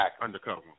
Undercover